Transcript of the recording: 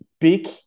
big